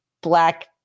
black